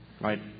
right